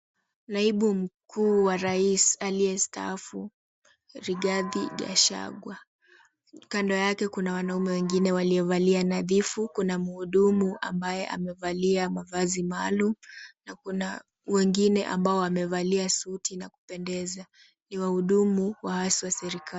Naibu mkuu wa rais aliyestaafu, Rigathi Gachagua. Kando yake kuna wanaume wengine waliovalia nadhifu, kuna mhudumu ambaye amevalia mavazi maalum na kuna wengine ambao wamevalia suti na kupendeza, ni wahudumu wa hasi wa serikali.